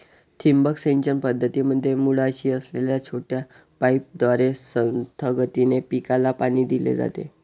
ठिबक सिंचन पद्धतीमध्ये मुळाशी असलेल्या छोट्या पाईपद्वारे संथ गतीने पिकाला पाणी दिले जाते